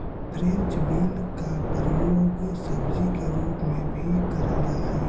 French bean का प्रयोग सब्जी के रूप में भी करल जा हई